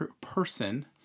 person